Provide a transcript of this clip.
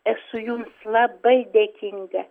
esu jums labai dėkinga